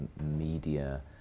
media